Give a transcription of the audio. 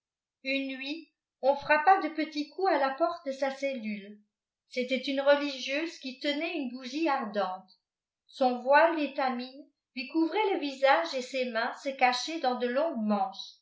une nuit on frappa de petits coups à la porte de sa cellule c'était uqe religieuse qui tenait une bougie ardente son voile d'étamine lui couvrait le visage et ses mains se cachaient dans de longues manches